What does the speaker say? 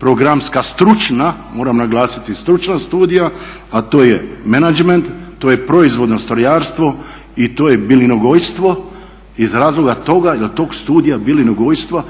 programska stručna, moram naglasiti stručna studija, a to je Menadžment, to je Proizvodno strojarstvo i to je bilinogojstvo iz razloga toga jel tog Studija bilinogojstva